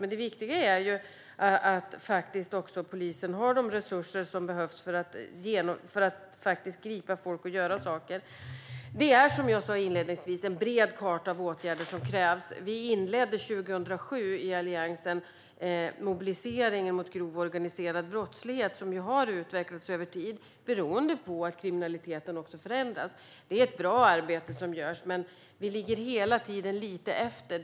Men det viktiga är att polisen faktiskt har de resurser som behövs för att gripa folk och göra saker. Som jag sa inledningsvis krävs det en bred karta av åtgärder. Alliansen inledde 2007 mobiliseringen mot grov organiserad brottslighet, som har utvecklats över tid beroende på att kriminaliteten förändras. Det är ett bra arbete som görs. Men vi ligger hela tiden lite efter.